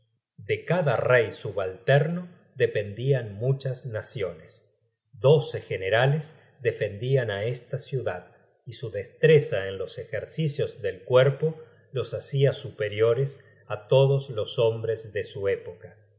de cada rey subalterno dependian muchas naciones doce generales defendian á esta ciudad y su destreza en los ejercicios del cuerpo los hacia superiores á todos los hombres de su época